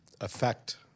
affect